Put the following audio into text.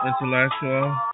intellectual